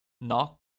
Knock